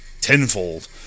tenfold